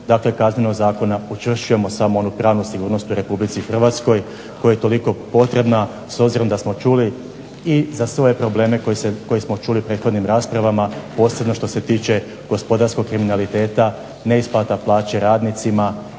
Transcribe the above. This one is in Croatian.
Kaznenog zakona učvršćujemo samo onu pravnu sigurnost u Republici Hrvatskoj koja je toliko potrebna s obzirom da smo čuli za sve probleme koje smo čuli u prethodnim raspravama posebno što se tiče gospodarskog kriminaliteta, neisplata plaće radnicima,